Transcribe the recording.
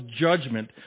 judgment